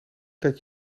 dat